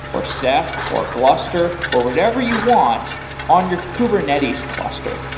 or ceph, or gluster, or whatever you want on your kubernetes cluster.